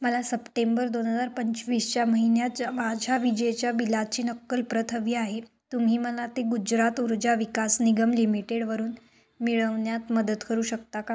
मला सप्टेंबर दोन हजार पंचवीसच्या महिन्याच्या माझ्या विजेच्या बिलाची नक्कल प्रत हवी आहे तुम्ही मला ते गुजरात ऊर्जा विकास निगम लिमिटेडवरून मिळवण्यात मदत करू शकता का